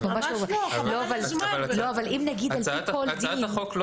אבל אם נגיד על פי כל דין --- הצעת החוק לא